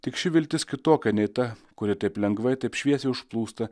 tik ši viltis kitokia nei ta kuri taip lengvai taip šviesiai užplūsta